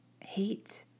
hate